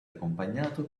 accompagnato